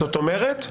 זאת אומרת,